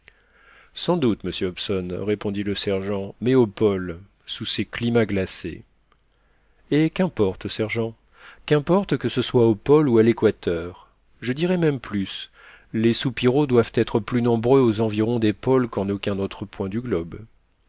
sans doute monsieur hobson répondit le sergent mais au pôle sous ces climats glacés et qu'importe sergent qu'importe que ce soit au pôle ou à l'équateur je dirai même plus les soupiraux doivent être plus nombreux aux environs des pôles qu'en aucun autre point du globe